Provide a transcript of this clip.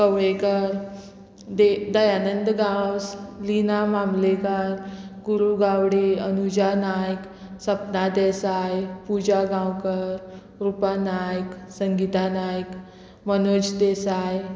Kavlekar Dayanand Gawas Lina Mamlekar Kuru Gawade Anuja Naik Sapna Desai Puja Gaonkar Rupa Naik Sangeeta Naik Manoj Desai